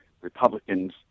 republicans